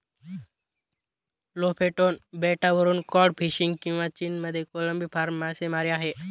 Lofoten बेटावरून cod fishing किंवा चीनमध्ये कोळंबी फार्म मासेमारी आहे